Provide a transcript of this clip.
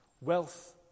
Wealth